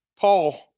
Paul